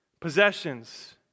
possessions